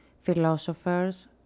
philosophers